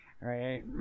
right